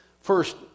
First